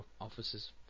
offices